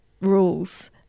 rules